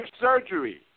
surgery